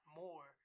more